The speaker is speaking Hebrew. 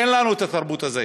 אין לנו התרבות הזאת.